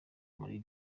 muri